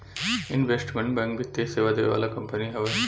investment bank वित्तीय सेवा देवे वाला कंपनी हवे